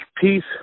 peace